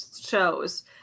shows